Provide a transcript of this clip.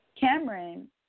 Cameron